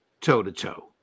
toe-to-toe